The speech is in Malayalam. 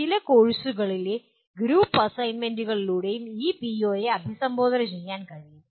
ചില കോഴ്സുകളിലെ ഗ്രൂപ്പ് അസൈൻമെന്റുകളിലൂടെയും ഈ പിഒയെ അഭിസംബോധന ചെയ്യാൻ കഴിയും